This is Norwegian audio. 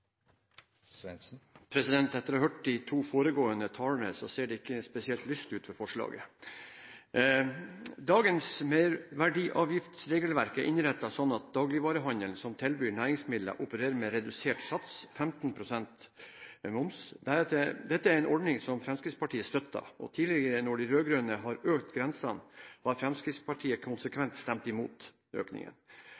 Etter å ha hørt de to foregående talerne, så ser det ikke spesielt lyst ut for forslaget. Dagens merverdiavgiftsregelverk er innrettet slik at dagligvarehandel som tilbyr næringsmidler, opererer med redusert sats – 15 pst. moms. Dette er en ordning som Fremskrittspartiet støtter, og når de rød-grønne tidligere har økt grensene, har Fremskrittspartiet